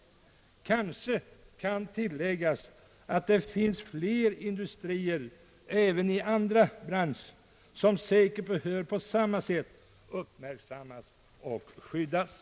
Det kanske kan tillläggas, att det finns fler industrier även i andra branscher som säkert på samma sätt behöver uppmärksammas och skyddas.